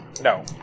No